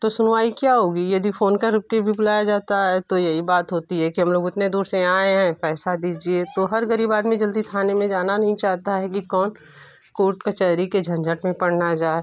तो सुनवाई क्या होगी यदि फ़ोन करके भी बुलाया जाता है तो यही बात होती है कि हम लोग इतने दूर से आए हैं पैसा दीजिए तो हर गरीब आदमी जल्दी थाने में जाना नहीं चाहता है कि कौन कोर्ट कचहरी के झंझट में पड़ न जाए